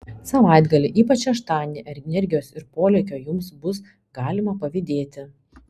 savaitgalį ypač šeštadienį energijos ir polėkio jums bus galima pavydėti